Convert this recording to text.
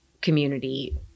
community